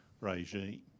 regime